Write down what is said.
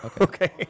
Okay